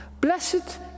Blessed